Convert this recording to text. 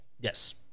Yes